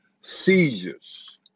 seizures